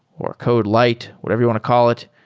or code light, whatever you want to call it,